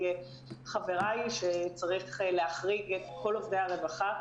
חבריי שצריך להחריג את כל עובדי הרווחה.